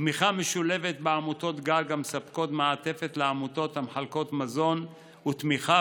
תמיכה משולבת בעמותות גג המספקות מעטפת לעמותות המחלקות מזון ותמיכה